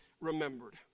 remembered